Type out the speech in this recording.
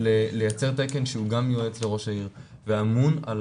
לייצר תקן שהוא גם יועץ לראש העיר ואמון על